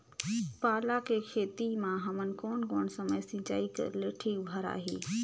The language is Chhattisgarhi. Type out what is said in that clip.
पाला के खेती मां हमन कोन कोन समय सिंचाई करेले ठीक भराही?